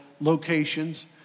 locations